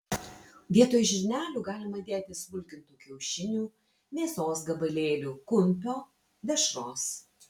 vietoj žirnelių galima dėti smulkintų kiaušinių mėsos gabalėlių kumpio dešros